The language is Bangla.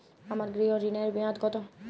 আমার গৃহ ঋণের মেয়াদ কত?